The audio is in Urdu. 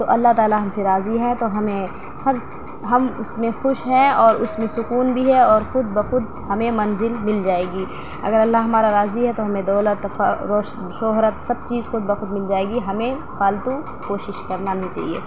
تو اللّہ تعالیٰ ہم سے راضی ہیں تو ہمیں ہر ہم اس میں خوش ہیں اور اس میں سکون بھی ہے اور خود بخود ہمیں منزل مل جائے گی اگر اللّہ ہمارا راضی ہے تو ہمیں دولت شہرت سب چیز خود بخود مل جائے گی ہمیں فالتو کوشش کرنا نہیں چاہیے